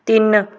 ਤਿੰਨ